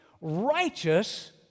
righteous